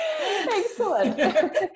Excellent